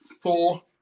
Four